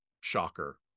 Shocker